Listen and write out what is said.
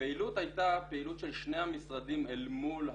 הפעילות הייתה פעילות של שני המשרדים אל מול הרשות.